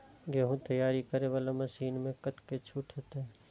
गेहूं तैयारी करे वाला मशीन में कतेक छूट होते?